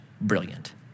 brilliant